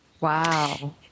Wow